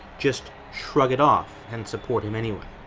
just shrug it off and support him anyway?